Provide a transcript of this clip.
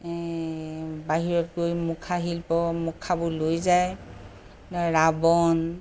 এই বাহিৰত গৈ মুখা শিল্প মুখাবোৰ লৈ যায় ৰাৱণ